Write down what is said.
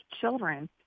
children